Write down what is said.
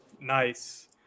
Nice